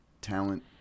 talent